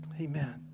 Amen